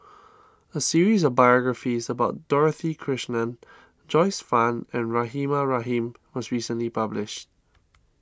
a series of biographies about Dorothy Krishnan Joyce Fan and Rahimah Rahim was recently published